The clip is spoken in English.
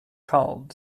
culled